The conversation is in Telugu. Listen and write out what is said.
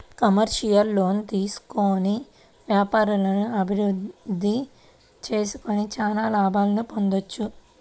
కమర్షియల్ లోన్లు తీసుకొని వ్యాపారాలను అభిరుద్ధి చేసుకొని చానా లాభాలను పొందొచ్చు